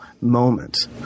moment